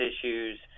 issues